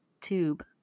tube